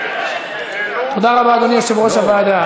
ניסן, תודה רבה, אדוני יושב-ראש הוועדה.